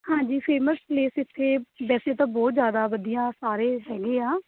ਹਾਂਜੀ famous place ਇੱਥੇ ਵੈਸੇ ਤਾਂ ਬਹੁਤ ਜ਼ਿਆਦਾ ਵਧੀਆ ਸਾਰੇ ਹੈਗੇ ਹਾਂ